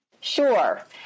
Sure